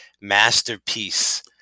masterpiece